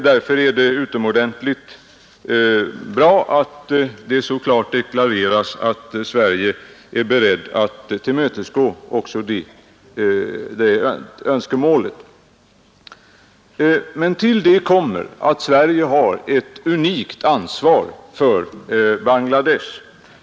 Därför är det utomordentligt bra att det klart deklareras att Sverige är berett att tillmötesgå också det önskemålet. Sverige har ett unikt ansvar för Bangladesh.